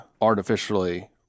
artificially